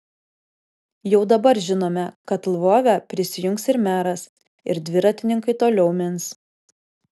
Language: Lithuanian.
jau dabar žinome kad lvove prisijungs ir meras ir dviratininkai toliau mins